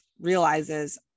realizes